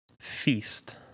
Feast